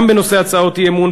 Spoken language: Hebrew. גם בנושא הצעות אי-אמון,